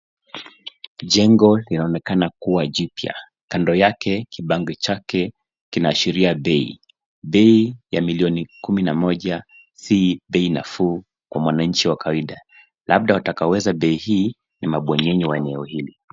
Jengo linaloonekana kuwa jipya, Kando yake kibango chake kinaashiria bei. Bei ya milioni kumi na moja si bei nafuu kwa mwanachi wa kawaida labda watakaoweza bei hii ni mabwenyenye wa eneo hili.